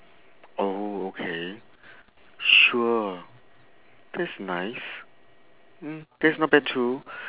oh okay sure that's nice mm that's not bad too